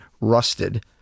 rusted